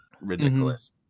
ridiculous